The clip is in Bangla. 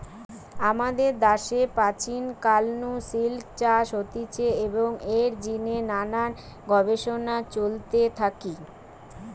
আমাদের দ্যাশে প্রাচীন কাল নু সিল্ক চাষ হতিছে এবং এর জিনে নানান গবেষণা চলতে থাকি